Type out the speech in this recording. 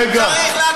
רגע.